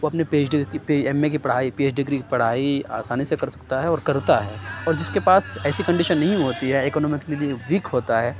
وہ اپنی P H D M A کی پڑھائی پی ایچ ڈگری پڑھائی آسانی سے کر سکتا ہے اور کرتا ہے اور جس کے پاس ایسی کنڈیشن نہیں ہوتی ہے اکنامکلی ویک ہوتا ہے